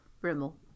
Rimmel